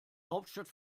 hauptstadt